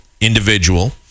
individual